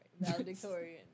Valedictorian